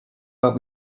but